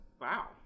wow